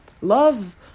love